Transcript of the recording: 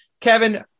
Kevin